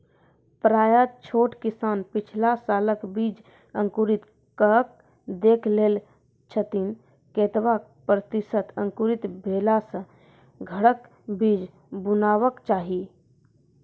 प्रायः छोट किसान पिछला सालक बीज अंकुरित कअक देख लै छथिन, केतबा प्रतिसत अंकुरित भेला सऽ घरक बीज बुनबाक चाही?